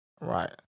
Right